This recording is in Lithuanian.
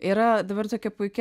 yra dabar tokia puiki